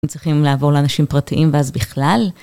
צריכים לעבור לאנשים פרטיים ואז בכלל.